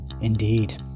Indeed